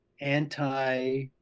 anti